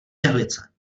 jehlice